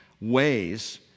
ways